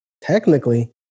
technically